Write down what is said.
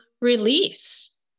release